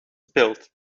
built